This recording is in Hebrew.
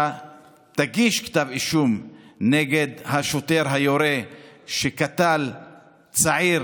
אתה תגיש כתב אישום נגד השוטר היורה שקטל צעיר